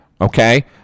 okay